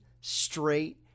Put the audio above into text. straight